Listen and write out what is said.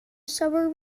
suburb